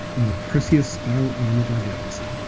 in the perseus spiral arm of our galaxy.